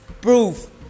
prove